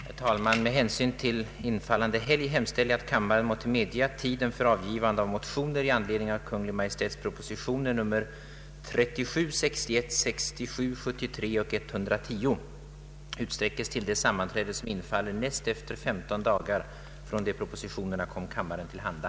Herr talman! Med hänsyn till infallande helg hemställer jag att kammaren måtte medgiva att tiden för avgivande av motioner i anledning av Kungl. Maj:ts propositioner nr 37, 60, 61, 66, 67, 73, 74 och 110 utsträckes till det sammanträde som infaller näst efter 15 dagar från det propositionerna kom kammaren till handa.